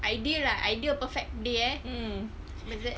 ideal lah ideal perfect day ah